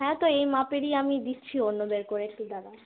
হ্যাঁ তো এই মাপেরই আমি দিচ্ছি অন্য বের করে একটু দাঁড়াও